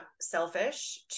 selfish